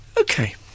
okay